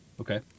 Okay